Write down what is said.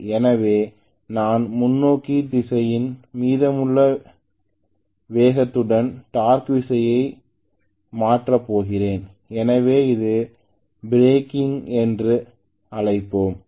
எனவே நான் முன்னோக்கி திசையில் மீதமுள்ள வேகத்துடன் டார்க்விசையை மாற்றப் போகிறேன் எனவே அதை பிரேக்கிங்என்று அழைப்போம்